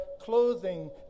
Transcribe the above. clothing